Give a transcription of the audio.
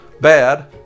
bad